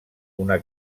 una